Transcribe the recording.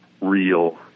real